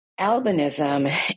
albinism